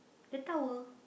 that tower